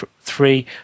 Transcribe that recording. three